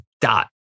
dot